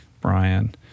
Brian